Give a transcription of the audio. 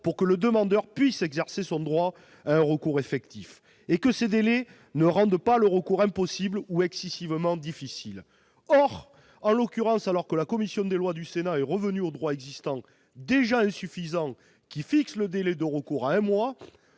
pour que le demandeur puisse exercer son droit à un recours effectif » et que ces délais ne doivent pas rendre le recours « impossible ou excessivement difficile ». Or, en l'occurrence, alors que la commission des lois du Sénat est revenue au droit existant, déjà insuffisant, qui fixe le délai de recours à un mois,